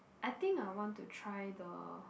I think I want to try the